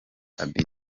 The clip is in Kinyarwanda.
abidjan